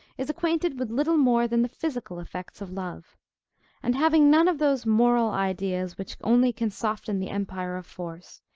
is acquainted with little more than the physical effects of love and having none of those moral ideas which only can soften the empire of force,